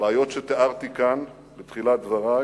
הבעיות שתיארתי כאן בתחילת דברי